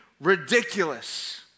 ridiculous